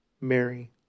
Mary